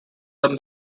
them